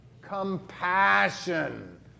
Compassion